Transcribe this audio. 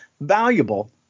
valuable